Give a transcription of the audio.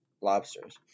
lobsters